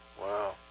Wow